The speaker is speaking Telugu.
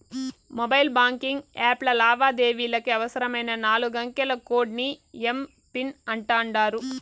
మొబైల్ బాంకింగ్ యాప్ల లావాదేవీలకి అవసరమైన నాలుగంకెల కోడ్ ని ఎమ్.పిన్ అంటాండారు